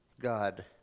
God